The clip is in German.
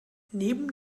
neben